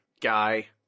guy